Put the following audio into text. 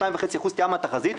2.5% סטייה מהתחזית,